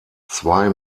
zwei